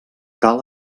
cal